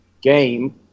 game